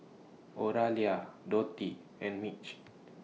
Oralia Dotty and Mitch